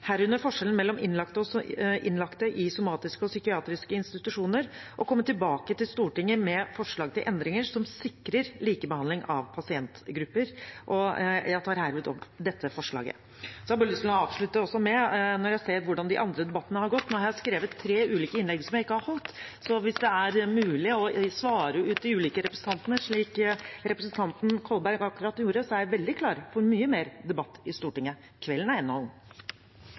herunder forskjellen mellom innlagte i somatiske og psykiatriske institusjoner, og komme tilbake til Stortinget med forslag til endringer som sikrer likebehandling av pasientgrupper. Jeg har bare lyst til å avslutte med – nå når jeg har sett hvordan de andre debattene har gått – at nå har jeg skrevet tre ulike innlegg som jeg ikke har holdt. Så hvis det er mulig å svare ut de ulike representantforslagene, slik representanten Kolberg akkurat gjorde, er jeg veldig klar for mye mer debatt i Stortinget. Kvelden er